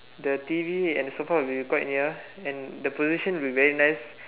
the T_V and sofa would be quite near and the position would be very nice